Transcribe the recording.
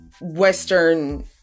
western